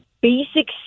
basic